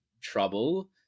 trouble